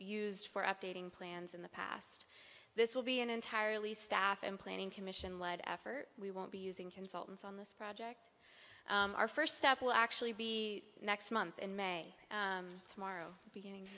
sed for updating plans in the past this will be an entirely staff and planning commission led effort we won't be using consultants on this project our first step will actually be next month in may tomorrow